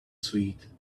sweet